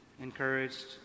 encouraged